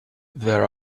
there